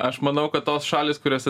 aš manau kad tos šalys kuriose